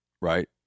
right